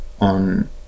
on